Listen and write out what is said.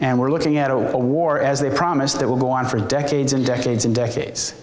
and we're looking at a war as they promise that will go on for decades and decades and decades